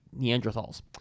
Neanderthals